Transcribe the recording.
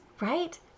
right